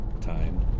time